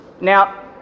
Now